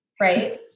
right